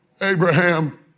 Abraham